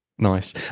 Nice